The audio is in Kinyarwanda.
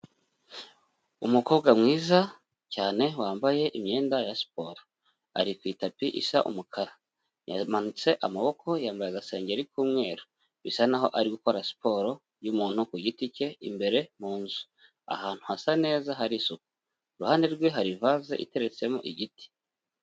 Umukobwa mwiza cyane wambaye imyenda ya siporo, ari ku itapi isa umukara, yamanitse amaboko, yambaye agasengeri k'umweru, bisa n'aho ari gukora siporo y'umuntu ku giti cye, imbere mu nzu ahantu hasa neza hari isuku, iruhande rwe hari ivaze iteretsemo igiti.